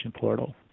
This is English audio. portal